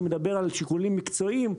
שמדבר על שיקולים מקצועיים,